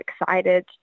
excited